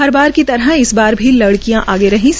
हर बार की तरह इस बार भी लडकियां आगे रही है